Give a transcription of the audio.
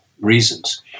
reasons